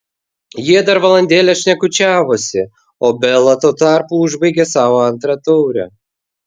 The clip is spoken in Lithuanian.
jie dar valandėlę šnekučiavosi o bela tuo tarpu užbaigė savo antrą taurę